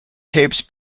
tapes